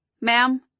Ma'am